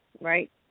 right